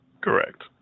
Correct